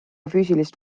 füüsilist